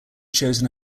chosen